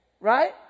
Right